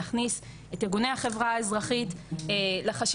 נכניס את ארגוני החברה האזרחית לחשיבה,